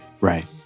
Right